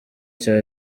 cya